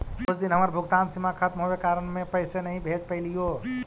उस दिन हमर भुगतान सीमा खत्म होवे के कारण में पैसे नहीं भेज पैलीओ